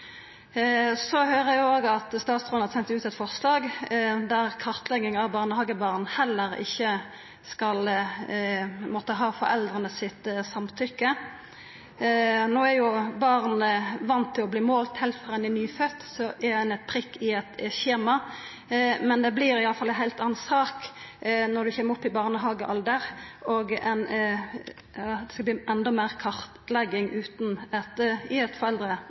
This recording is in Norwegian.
Så høyrer eg òg at statsråden har sendt ut eit forslag der kartlegging av barnehagebarn heller ikkje skal måtta ha samtykke frå foreldra. No er jo barn vande til å verta målte – heilt frå ein er nyfødd er ein ein prikk i eit skjema. Men det vert iallfall ei heilt anna sak når ein kjem i barnehagealder og det vert endå meir kartlegging utan at det er eit foreldre–barnehage-samarbeid. Så spørsmålet er: Kvifor har statsråden i det heile fremja eit